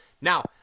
Now